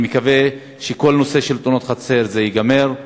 אני מקווה שכל הנושא של תאונות חצר, זה ייגמר.